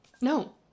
No